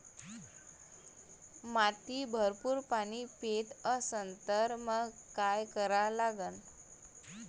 माती भरपूर पाणी पेत असन तर मंग काय करा लागन?